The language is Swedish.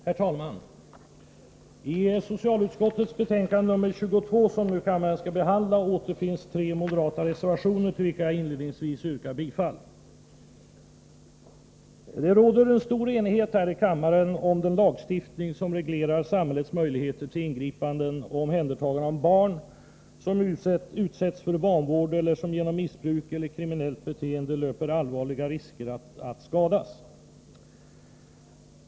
Herr talman! I socialutskottets betänkande nr 22, som kammaren nu skall behandla, återfinns tre moderata reservationer, till vilka jag inledningsvis yrkar bifall. Det råder stor enighet här i kammaren om den lagstiftning som reglerar samhällets möjlighet till ingripanden och omhändertaganden beträffande barn, som utsätts för vanvård, eller som genom missbruk eller kriminellt beteende löper allvarliga risker att skadas.